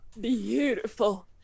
beautiful